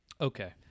Okay